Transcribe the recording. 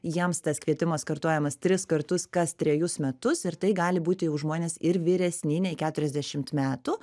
jiems tas kvietimas kartojamas tris kartus kas trejus metus ir tai gali būti jau žmonės ir vyresni nei keturiasdešimt metų